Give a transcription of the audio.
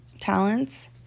talents